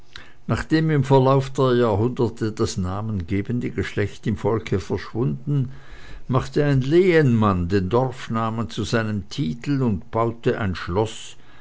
nachdem im verlauf der jahrhunderte das namengebende geschlecht im volke verschwunden machte ein lehenmann den dorfnamen zu seinem titel und baute ein schloß